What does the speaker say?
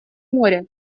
море